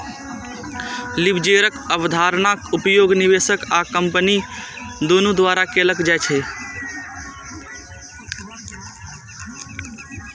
लीवरेजक अवधारणाक उपयोग निवेशक आ कंपनी दुनू द्वारा कैल जाइ छै